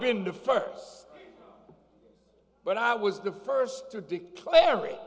been the first but i was the first to declare it